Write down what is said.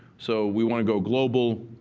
so we want to go global,